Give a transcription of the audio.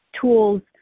tools